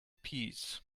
peas